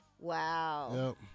Wow